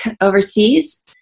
overseas